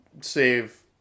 save